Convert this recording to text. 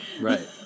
Right